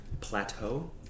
plateau